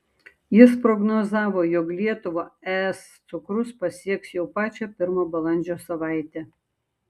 jis prognozavo jog lietuvą es cukrus pasieks jau pačią pirmą balandžio savaitę